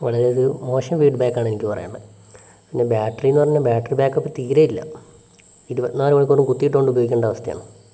വളരെയധികം മോശം ഫീഡ്ബാക്ക് ആണ് എനിക്ക് പറയാനുള്ളത് പിന്നെ ബാറ്ററി എന്ന് പറഞ്ഞാൽ ബാറ്ററി ബാക്കപ്പ് തീരെയില്ല ഇരുപത്തിനാല് മണിക്കൂറും കുത്തിയിട്ടുകൊണ്ട് ഉപയോഗിക്കേണ്ട അവസ്ഥയാണ്